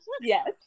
Yes